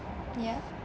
yah